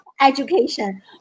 education